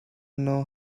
know